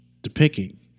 depicting